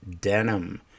Denim